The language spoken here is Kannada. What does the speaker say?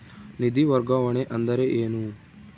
ನಿಧಿ ವರ್ಗಾವಣೆ ಅಂದರೆ ಏನು?